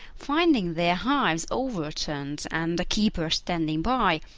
finding their hives overturned and the keeper standing by,